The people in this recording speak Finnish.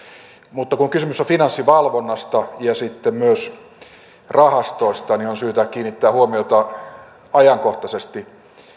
mutta kun kysymys on finanssivalvonnasta ja sitten myös rahastoista niin on syytä kiinnittää huomiota ajankohtaisesti